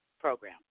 program